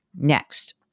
Next